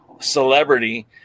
Celebrity